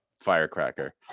firecracker